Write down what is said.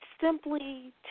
simply